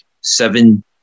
Seven